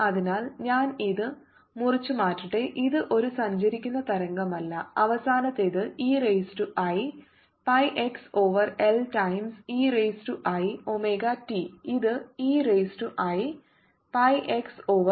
അതിനാൽ ഞാൻ ഇത് മുറിച്ചുമാറ്റട്ടെ ഇത് ഒരു സഞ്ചരിക്കുന്ന തരംഗമല്ല അവസാനത്തേത് e raise to i pi x over L times e raise to i omega t ഇത് e raise to i pi x over L plus omega T